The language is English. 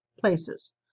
places